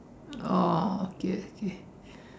oh okay okay